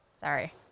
Sorry